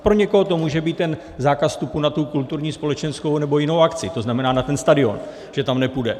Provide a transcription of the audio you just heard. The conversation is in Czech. Pro někoho to může být ten zákaz vstupu na kulturně společenskou nebo jinou akci, to znamená na ten stadion, že tam nepůjde.